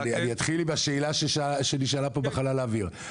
אני אתחיל מהשאלה שנשאלה פה בחלל האוויר.